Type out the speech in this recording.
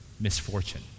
misfortune